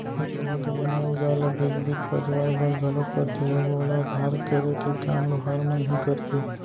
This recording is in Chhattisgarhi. लोहा के बने अउजार ल बीच बीच पजवाय बर घलोक परथे अउ ओला धार करे के काम लोहार मन ही करथे